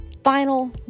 final